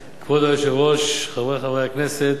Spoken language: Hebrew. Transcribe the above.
היושב-ראש, חברי חברי הכנסת,